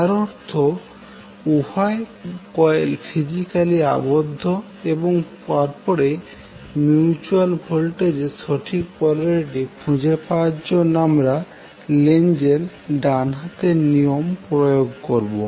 যার অর্থ উভয় কয়েল ফিজিক্যালি আবদ্ধ এবং তারপরে মিউচুয়াল ভোল্টেজের সঠিক পোলারিটি খুঁজে পাওয়ার জন্য আমরা লেঞ্জের ডান হাতের নিয়ম প্রয়োগ করব